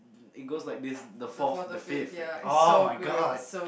it goes like this the fourth the fifth [oh]-my-god